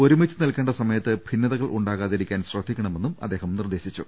ഒരുമിച്ച് നിൽക്കേണ്ട സമയത്ത് ഭിന്നതകൾ ഉണ്ടാകാതിരിക്കാൻ ശ്രദ്ധിക്കണമെന്നും അദ്ദേഹം നിർദേശിച്ചു